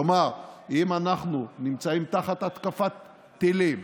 כלומר, אם אנחנו נמצאים תחת התקפת טילים,